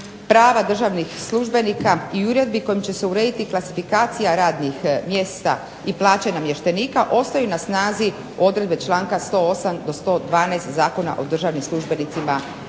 prava državnih službenika i uredbi kojim će se urediti klasifikacija radnih mjesta i plaće namještenika, ostaju na snazi odredbe članka 108. do 112. Zakona o državnim službenicima